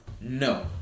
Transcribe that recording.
No